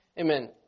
Amen